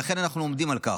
לכן אנחנו עומדים על כך.